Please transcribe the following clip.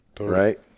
right